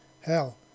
Hell